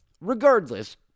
Regardless